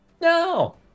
No